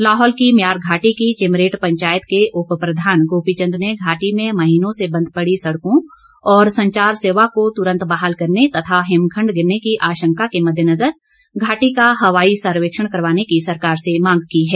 लाहौल की म्यार घाटी की चिमरेट पंचायत के उप प्रधान गोपीचंद ने घाटी में महीनों से बंद पड़ी सड़कों और संचार सेवा को तुरंत बहाल करने तथा हिमखण्ड गिरने की आशंका के मद्देनजर घाटी का हवाई सर्वेक्षण करवाने की सरकार से मांग की है